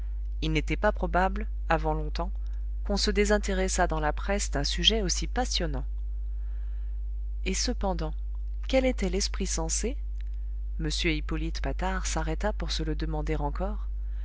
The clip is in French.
il n'était pas probable avant longtemps qu'on se désintéressât dans la presse d'un sujet aussi passionnant et cependant quel était l'esprit sensé m hippolyte patard s'arrêta pour se le demander encore